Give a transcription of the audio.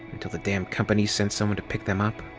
until the damn company sent someone to pick them up?